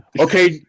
okay